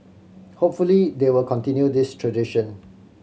hopefully they will continue this tradition